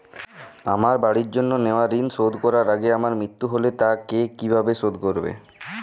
আমার বাড়ির জন্য নেওয়া ঋণ শোধ করার আগে আমার মৃত্যু হলে তা কে কিভাবে শোধ করবে?